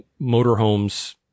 motorhomes